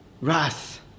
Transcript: wrath